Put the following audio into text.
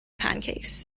pancakes